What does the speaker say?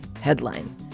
headline